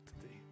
today